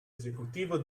esecutivo